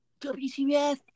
WTF